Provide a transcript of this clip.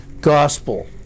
gospel